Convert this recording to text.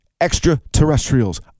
extraterrestrials